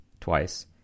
twice